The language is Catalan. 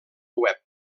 web